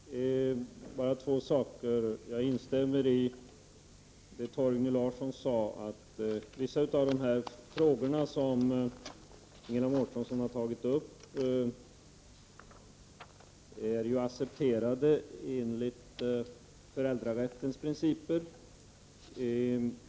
Fru talman! Jag vill bara ta upp två saker. Jag instämmer i det som Torgny Larsson sade, att vissa av de frågor som Ingela Mårtensson har tagit upp är accepterade enligt föräldrarättens principer.